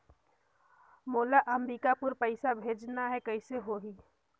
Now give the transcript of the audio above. मोला अम्बिकापुर पइसा भेजना है, कइसे होही?